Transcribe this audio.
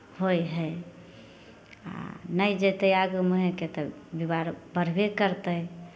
होइ हइ आ नहि जेतै आगू मूँहेँके तऽ विवाद बढ़बे करतै